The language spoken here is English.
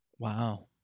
Wow